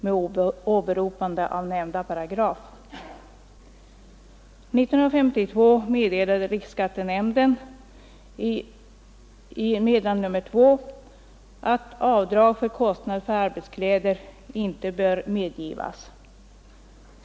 År 1952 uttalade riksskattenämnden i meddelande nr 2 ”att avdrag för kostnader för arbetskläder icke bör medgivas.